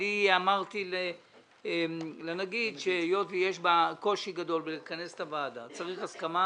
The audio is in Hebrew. אמרתי לנגיד שהיות שיש קושי גדול לכנס את הוועדה צריך הסכמה